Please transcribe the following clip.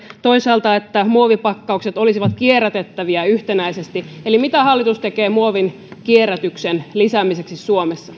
toisaalta se että muovipakkaukset olisivat kierrätettäviä yhtenäisesti mitä hallitus tekee muovin kierrätyksen lisäämiseksi suomessa